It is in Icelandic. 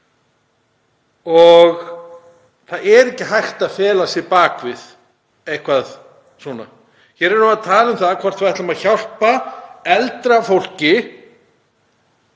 og það er ekki hægt að fela sig á bak við eitthvað svona. Hér erum við að tala um það hvort við ætlum að hjálpa eldra fólki